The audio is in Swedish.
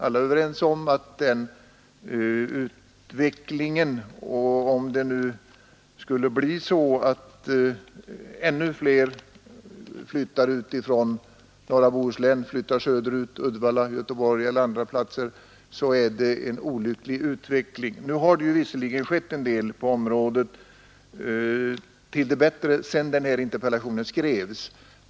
a Om det skulle bli så att ännu fler flyttar ut från norra Bohuslän söder ut = 4ff stimulera yrkes — till Uddevalla, Göteborg och andra platser — så är det en olycklig fisket i norra utveckling. Bohuslän Nu har det visserligen skett en del till det bättre på detta område sedan interpellationen skrevs.